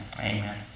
amen